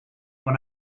when